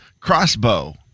crossbow